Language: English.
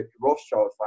Rothschild